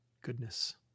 goodness